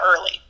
early